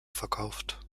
verkauft